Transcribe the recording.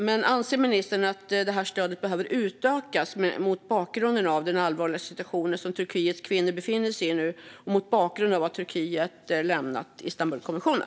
Men anser ministern att detta stöd behöver utökas mot bakgrund av den allvarliga situation som Turkiets kvinnor befinner sig i och mot bakgrund av att Turkiet lämnat Istanbulkonventionen?